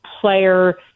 player –